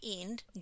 end